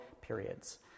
periods